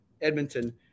Edmonton